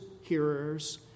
hearers